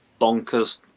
bonkers